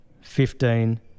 fifteen